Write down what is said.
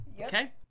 okay